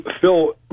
Phil